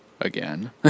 again